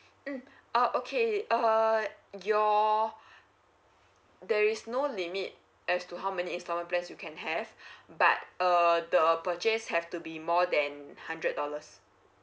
mm uh okay uh your there is no limit as to how many installment plans you can have but uh the purchase have to be more than hundred dollars